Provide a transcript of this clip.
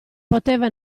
poteva